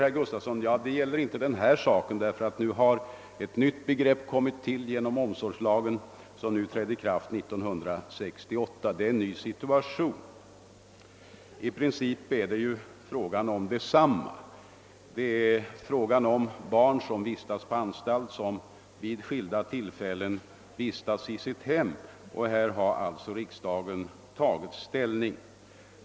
Herr Gustavsson i Alvesta säger att det inte är fråga om den saken utan att ett nytt begrepp har tillkommit genom omsorgslagen, som trädde i kraft 1968. Det föreligger alltså en ny situation, menar herr Gustavsson i Alvesta. Men i princip är det ju fråga om detsamma — det är fråga om barn som är på anstalt men som vid skilda tillfällen vistas i sitt hem. Härvidlag har alltså riksdagen tagit ställning.